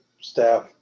staff